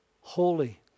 holy